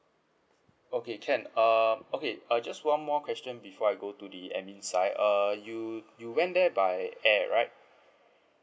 okay can um okay uh just one more question before I go to the admin side uh you you went there by air right